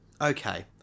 Okay